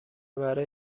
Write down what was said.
برای